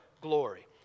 glory